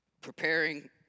preparing